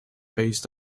based